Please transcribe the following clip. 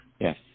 Yes